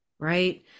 right